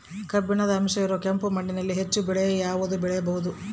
ಕಬ್ಬಿಣದ ಅಂಶ ಇರೋ ಕೆಂಪು ಮಣ್ಣಿನಲ್ಲಿ ಹೆಚ್ಚು ಬೆಳೆ ಯಾವುದು ಬೆಳಿಬೋದು?